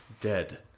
dead